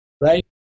right